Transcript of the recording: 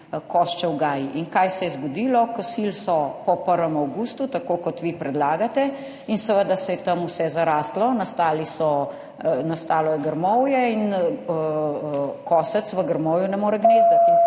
Koščev gaj. In kaj se je zgodilo? Kosili so po 1. avgustu, tako, kot vi predlagate, in seveda se je tam vse zaraslo, nastalo je grmovje in kosec v grmovju ne more gnezditi